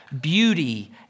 beauty